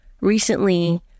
recently